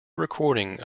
recording